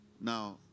Now